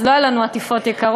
אז לא היו לנו עטיפות יקרות,